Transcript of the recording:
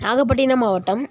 நாகப்பட்டினம் மாவட்டம்